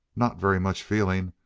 not very much feeling,